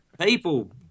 People